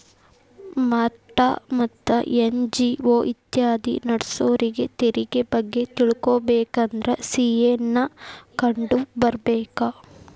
ಮಠಾ ಮತ್ತ ಎನ್.ಜಿ.ಒ ಇತ್ಯಾದಿ ನಡ್ಸೋರಿಗೆ ತೆರಿಗೆ ಬಗ್ಗೆ ತಿಳಕೊಬೇಕಂದ್ರ ಸಿ.ಎ ನ್ನ ಕಂಡು ಬರ್ಬೇಕ